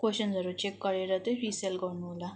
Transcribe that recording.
क्वेसनहरू चेक गरेर चाहिँ रिसेल गर्नुहोला